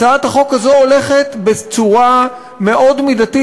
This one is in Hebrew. הצעת החוק הזו הולכת בצורה מאוד מידתית,